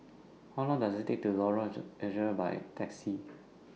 How Long Does IT Take to Lorong By Taxi